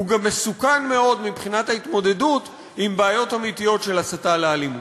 הוא גם מסוכן מאוד מבחינת ההתמודדות עם בעיות אמיתיות של הסתה לאלימות.